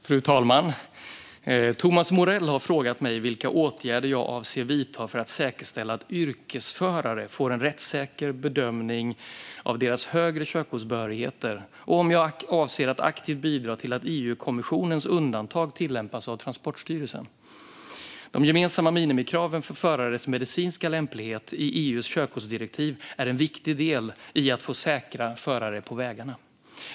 Fru talman! Thomas Morell har frågat mig vilka åtgärder jag avser att vidta för att säkerställa att yrkesförare får en rättssäker bedömning av sina högre körkortsbehörigheter och om jag avser att aktivt bidra till att EU-kommissionens undantag tillämpas av Transportstyrelsen. De gemensamma minimikraven för förares medicinska lämplighet i EU:s körkortsdirektiv är en viktig del i att få säkra förare på vägarna.